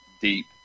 deep